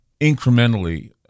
incrementally